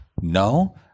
no